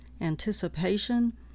anticipation